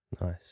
Nice